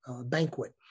banquet